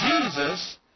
Jesus